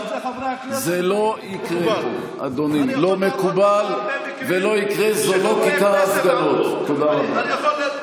ג'ורג' פלויד וכל קורבנות הדיכוי הממסדי.